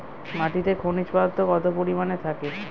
মাটিতে খনিজ পদার্থ কত পরিমাণে থাকে?